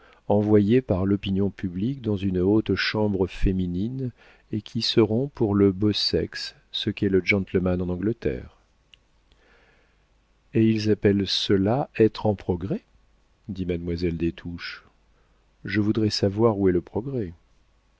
envoyées par l'opinion publique dans une haute chambre féminine et qui seront pour le beau sexe ce qu'est le gentleman en angleterre et ils appellent cela être en progrès dit mademoiselle des touches je voudrais savoir où est le progrès